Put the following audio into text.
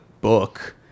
book